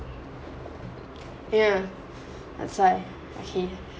ya that's why okay